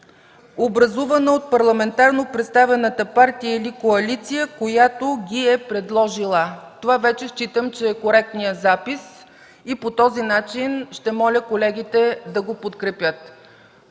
образувана от парламентарно представената партия или коалиция, която ги е предложила”. Това вече считам, че е коректният запис и по този начин ще моля колегите да го подкрепят.